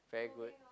very good